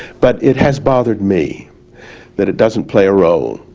but it has bothered me that it doesn't play a role